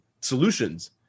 solutions